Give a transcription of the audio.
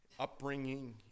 upbringing